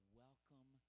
welcome